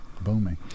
booming